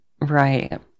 Right